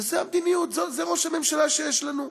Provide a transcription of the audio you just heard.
וזאת המדיניות, זה ראש הממשלה שיש לנו.